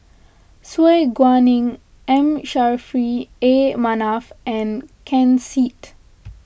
Su Guaning M Saffri A Manaf and Ken Seet